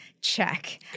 check